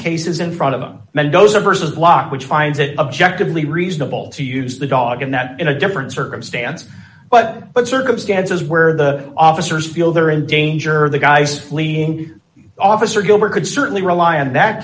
cases in front of him mendoza versus block which finds it objectively reasonable to use the dog in that in a different circumstance but but circumstances where the officers feel they are in danger the guy's clean officer gilbert could certainly rely on that